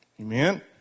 Amen